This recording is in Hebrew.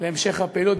להמשך הפעילות.